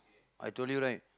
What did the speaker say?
I told you right